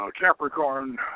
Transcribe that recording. Capricorn